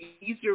easier